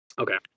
Okay